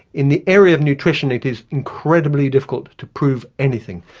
in the area of nutrition it is incredibly difficult to prove anything,